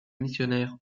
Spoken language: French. missionnaires